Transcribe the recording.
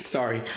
Sorry